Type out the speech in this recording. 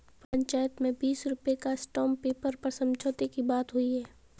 पंचायत में बीस रुपए का स्टांप पेपर पर समझौते की बात हुई है